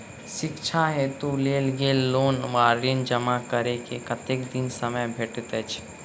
शिक्षा हेतु लेल गेल लोन वा ऋण जमा करै केँ कतेक दिनक समय भेटैत अछि?